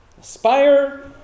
Aspire